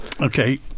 Okay